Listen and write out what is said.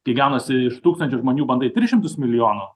tai gaunasi iš tūkstančio žmonių bandai tris šimtus milijonų